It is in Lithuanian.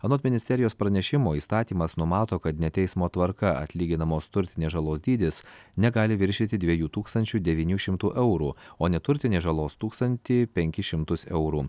anot ministerijos pranešimo įstatymas numato kad ne teismo tvarka atlyginamos turtinės žalos dydis negali viršyti dviejų tūkstančių devynių šimtų eurų o neturtinės žalos tūkstantį penkis šimtus eurų